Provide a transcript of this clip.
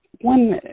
One